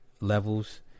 levels